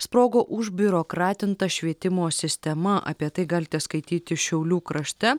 sprogo už biurokratinta švietimo sistema apie tai galite skaityti šiaulių krašte